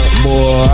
boy